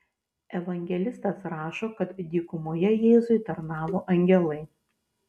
evangelistas rašo kad dykumoje jėzui tarnavo angelai